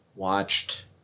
watched